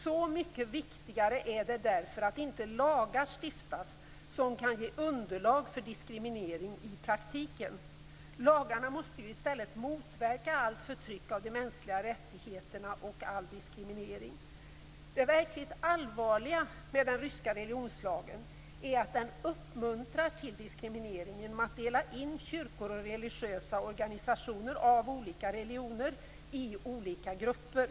Så mycket viktigare är det därför att inte lagar stiftas som kan ge underlag för diskriminering i praktiken. Lagarna måste i stället motverka allt förtryck av de mänskliga rättigheterna och all diskriminering. Det verkligt allvarliga med den ryska religionslagen är att den uppmuntrar till diskriminering genom att dela in kyrkor och religiösa organisationer som tillhör olika religioner i olika grupper.